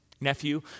nephew